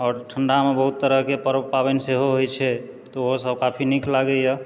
आओर ठण्डामे बहुत तरहकेँ पर्व पाबनि सेहो होइत छै तऽ ओहो सब काफी नीक लागैए